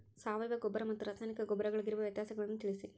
ಸಾವಯವ ಗೊಬ್ಬರ ಮತ್ತು ರಾಸಾಯನಿಕ ಗೊಬ್ಬರಗಳಿಗಿರುವ ವ್ಯತ್ಯಾಸಗಳನ್ನು ತಿಳಿಸಿ?